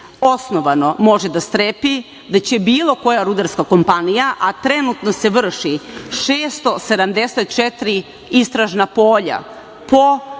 osnovano može da strepi da će bilo koja rudarska kompanija, a trenutno se vrši 674 istražna polja po